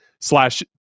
slash